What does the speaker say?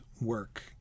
work